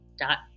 dot